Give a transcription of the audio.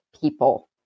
people